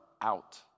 out